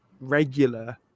regular